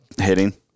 hitting